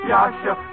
Yasha